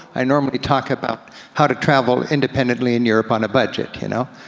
i normally talk about how to travel independently in europe on a budget, you know?